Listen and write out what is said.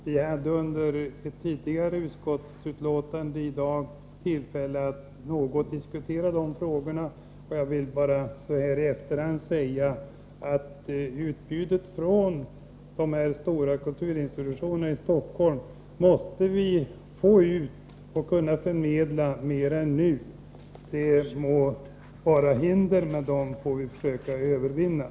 T anslutning till ett annat utskottsbetänkande hade vi tidigare i dag tillfälle att något diskutera de frågorna, och jag vill bara så här i efterhand säga att utbudet från de stora kulturinstitutionerna i Stockholm måste kunna förmedlas mer än nu. Det må vara hinder, men dem får vi försöka övervinna.